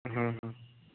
ହଁ ହଁ